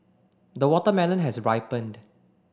the watermelon has ripened